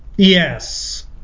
Yes